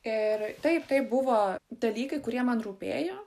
ir taip tai buvo dalykai kurie man rūpėjo